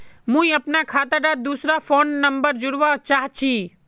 मुई अपना खाता डात दूसरा फोन नंबर जोड़वा चाहची?